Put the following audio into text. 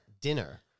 dinner